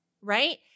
right